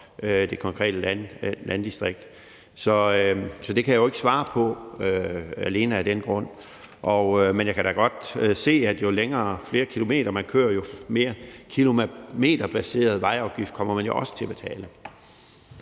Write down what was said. det konkrete landdistrikt, så det kan jeg jo ikke svare på alene af den grund. Men jeg kan da godt se, at jo flere kilometer, man kører, jo mere kilometerbaseret vejafgift kommer man også til at betale.